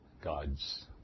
God's